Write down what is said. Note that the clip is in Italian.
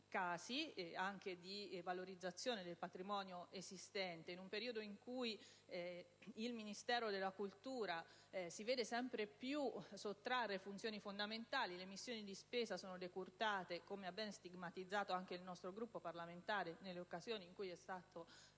anche alla valorizzazione del patrimonio esistente, in un periodo in cui il Ministero dei beni culturali si vede sempre più sottrarre funzioni fondamentali e le missioni di spesa sono decurtate, come ha ben stigmatizzato anche il nostro Gruppo parlamentare nelle occasioni in cui è stato reso